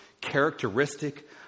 characteristic